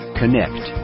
connect